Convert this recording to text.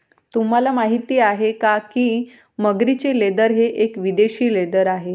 तुम्हाला माहिती आहे का की मगरीचे लेदर हे एक विदेशी लेदर आहे